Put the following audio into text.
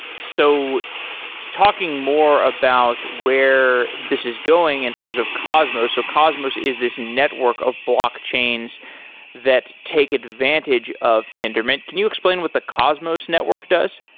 so talking more about where this is going in terms of cosmos. so cosmos is this network of blockchains that take advantage of tendermint. can you explain with the cosmos network does?